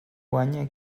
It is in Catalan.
guanya